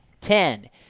ten